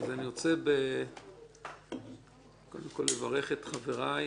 אני רוצה לברך את חבריי